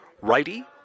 righty